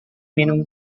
minum